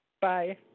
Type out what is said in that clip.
bye